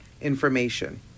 information